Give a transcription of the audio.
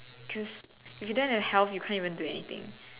cause if you don't have health you can't even do anything